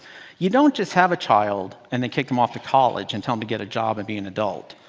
you don't just have a child and then kick him off to college and tell him to get a job and be an adult.